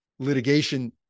litigation